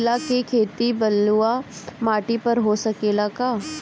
केला के खेती बलुआ माटी पर हो सकेला का?